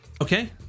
okay